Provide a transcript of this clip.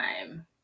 time